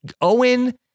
Owen